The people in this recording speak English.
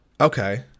Okay